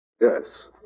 Yes